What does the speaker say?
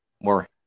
more